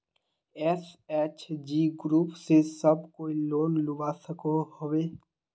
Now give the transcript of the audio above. SHG group से सब कोई लोन लुबा सकोहो होबे?